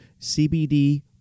CBD